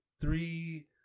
three